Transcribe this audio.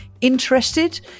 interested